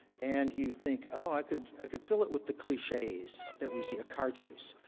and you think oh, i could i could fill it with the cliches that we see, a car chase.